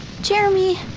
Jeremy